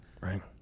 Right